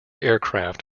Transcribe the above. aircraft